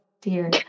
dear